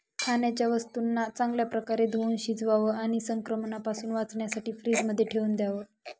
खाण्याच्या वस्तूंना चांगल्या प्रकारे धुवुन शिजवावं आणि संक्रमणापासून वाचण्यासाठी फ्रीजमध्ये ठेवून द्याव